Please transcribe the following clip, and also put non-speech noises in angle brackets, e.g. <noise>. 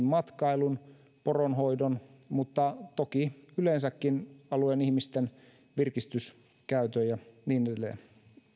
<unintelligible> matkailun poronhoidon mutta toki yleensäkin alueen ihmisten virkistyskäytön ja niin